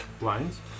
lines